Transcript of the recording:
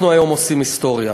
אנחנו היום עושים היסטוריה.